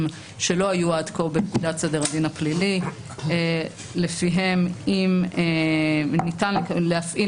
שלא היו עד כה בפקודת סדר הדין הפלילי לפיהם ניתן להפעיל